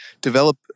develop